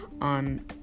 on